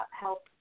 help